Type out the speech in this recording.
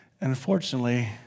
unfortunately